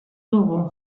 dugu